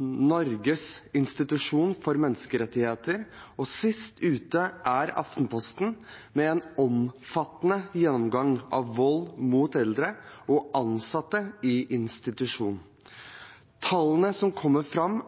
Norges institusjon for menneskerettigheter og sist ute er Aftenposten med en omfattende gjennomgang av vold mot eldre og ansatte i institusjon. Tallene som kommer fram,